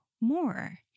more